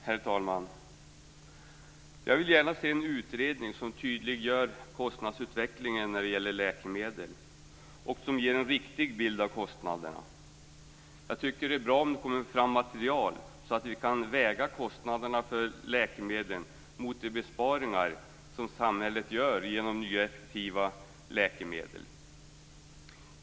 Herr talman! Jag vill gärna se en utredning som tydliggör kostnadsutvecklingen när det gäller läkemedel och som ger en riktig bild av kostnaderna. Jag tycker att det är bra om det kommer fram material, så att vi kan väga kostnaderna för läkemedlen mot de besparingar som samhället gör genom nya effektiva läkemedel.